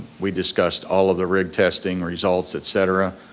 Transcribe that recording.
we discussed all of the rig testing results, et cetera.